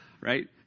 right